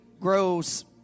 grows